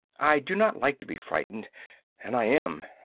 i do not like to be frightened and i am!